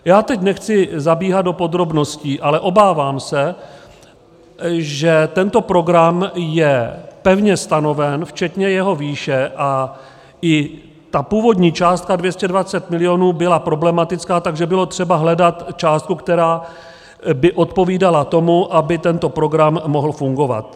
Já teď nechci zabíhat do podrobností, ale obávám se, že tento program je pevně stanoven včetně jeho výše a i ta původní částka 220 mil. byla problematická, takže bylo třeba hledat částku, která by odpovídala tomu, aby tento program mohl fungovat.